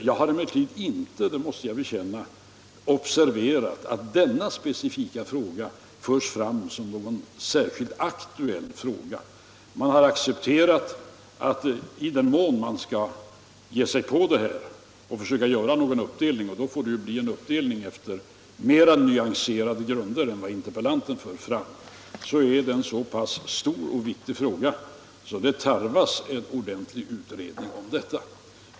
Jag har emellertid inte — det måste jag bekänna — observerat att denna specifika fråga förts fram som särskilt aktuell. Man har accepterat att i den mån man skall ge sig på detta och försöka göra någon uppdelning — och då får det ju bli en uppdelning efter mer nyanserade grunder än vad interpellanten tänker sig — så är det en så pass stor och viktig fråga att det tarvas en ordentlig utredning om detta.